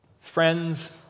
Friends